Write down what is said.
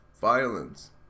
violence